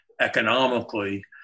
economically